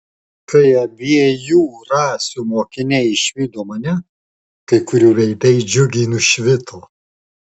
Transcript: kai abiejų rasių mokiniai išvydo mane kai kurių veidai džiugiai nušvito